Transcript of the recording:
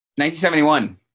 1971